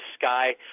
sky